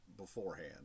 beforehand